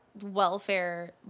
welfare